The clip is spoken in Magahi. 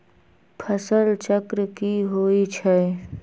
फसल चक्र की होई छै?